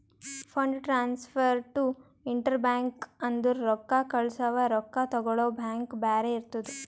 fund transfer to inter bank ಅಂದುರ್ ರೊಕ್ಕಾ ಕಳ್ಸವಾ ರೊಕ್ಕಾ ತಗೊಳವ್ ಬ್ಯಾಂಕ್ ಬ್ಯಾರೆ ಇರ್ತುದ್